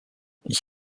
ich